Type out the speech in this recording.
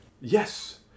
Yes